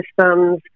systems